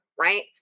right